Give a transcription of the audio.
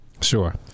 Sure